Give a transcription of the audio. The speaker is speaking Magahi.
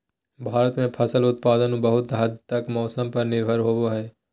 भारत में फसल उत्पादन बहुत हद तक मौसम पर निर्भर होबो हइ